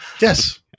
Yes